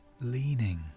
leaning